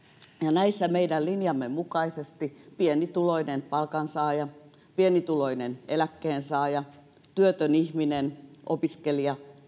näissä meidän linjamme mukaisesti pienituloinen palkansaaja pienituloinen eläkkeensaaja työtön ihminen opiskelija